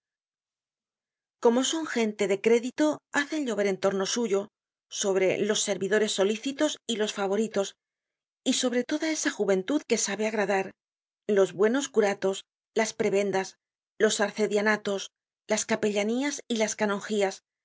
como son gente de crédito hacen llover en torno suyo sobre los servidores solícitos y los favoritos y sobre toda esa juventud que sabe agradar los buenos curatos las prebendas los arcedianatos las capellanías y las canongías